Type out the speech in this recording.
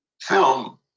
Film